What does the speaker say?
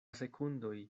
sekundoj